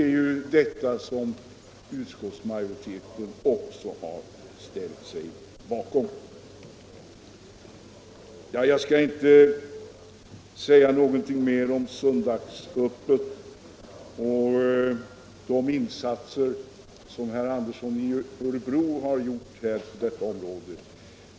Det är detta som utskottsmajoriteten också har ställt sig bakom. Jag skall inte säga något mer om söndagsöppet och de insatser som herr Andersson i Örebro gjort på detta område.